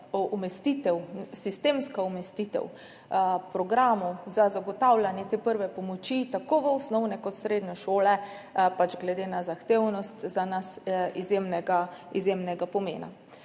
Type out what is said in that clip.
je pač sistemska umestitev programov za zagotavljanje te prve pomoči tako v osnovne kot srednje šole glede na zahtevnost za nas izjemnega,